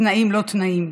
בתנאים לא תנאים,